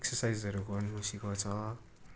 एक्सर्साइजहरू गर्नु सिकाउँछ